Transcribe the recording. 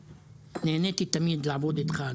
נהניתי תמיד לעבוד איתך,